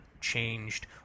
changed